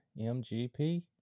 MGP